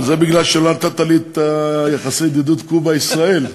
אבל זה בגלל שלא נתת לי את קבוצת הידידות קובה ישראל.